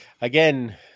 Again